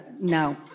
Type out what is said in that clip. No